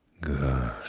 Good